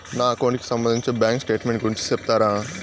నా అకౌంట్ కి సంబంధించి బ్యాంకు స్టేట్మెంట్ గురించి సెప్తారా